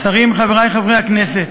שרים, חברי חברי הכנסת,